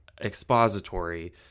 expository